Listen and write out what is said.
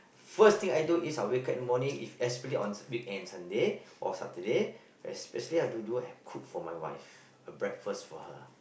first thing I do is I'll wake up in the morning if especially on weekend Sunday or Saturday especially I like to do I cook for my wife a breakfast for her